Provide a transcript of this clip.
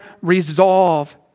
resolve